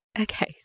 Okay